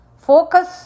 Focus